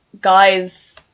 guys